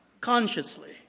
consciously